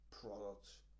product